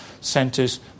centres